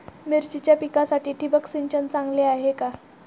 मिरचीच्या पिकासाठी ठिबक सिंचन चांगले आहे का?